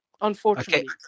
unfortunately